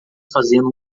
fazendo